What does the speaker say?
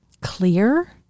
clear